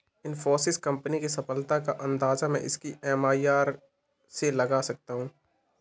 Infosys company की सफलता का अंदाजा मैं इसकी एम.आई.आर.आर से लगा सकता हूँ